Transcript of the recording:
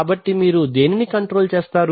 కాబట్టి మీరు దేనిని కంట్రోల్ చేస్తారు